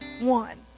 one